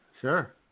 Sure